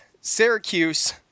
Syracuse